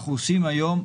אנחנו עושים היום.